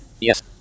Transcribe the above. Yes